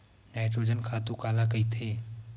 Nitrogen खातु काला कहिथे?